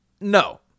No